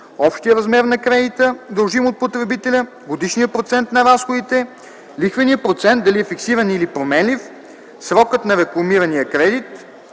общият размер на кредита, дължим от потребителя, годишният процент на разходите, лихвеният процент – дали е фиксиран или приемлив, срока на рекламирания кредит,